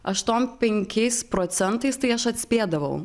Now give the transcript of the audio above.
aštuom penkiais procentais tai aš atspėdavau